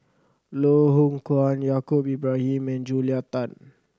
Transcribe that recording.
Loh Hoong Kwan Yaacob Ibrahim and Julia Tan